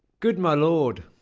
good my lord!